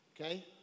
Okay